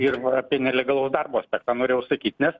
pirma apie nelegalaus darbo aspektą nenorėjau sakyt nes